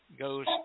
goes